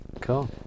Cool